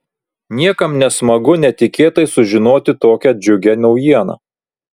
niekam nesmagu netikėtai sužinoti tokią džiugią naujieną